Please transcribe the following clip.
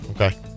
Okay